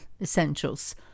essentials